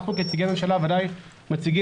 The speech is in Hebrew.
אנחנו כנציגי ממשלה ודאי מציגים,